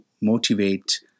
motivate